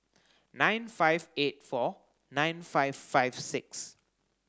nine five eight four nine five five six